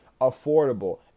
affordable